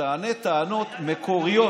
שתעלה טענות מקוריות,